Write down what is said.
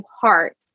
heart